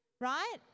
right